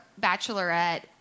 bachelorette